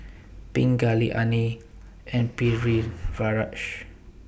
Pingali Anil and Pritiviraj